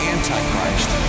Antichrist